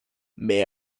may